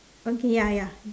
okay ya ya